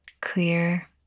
clear